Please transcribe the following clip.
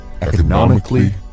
economically